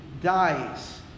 dies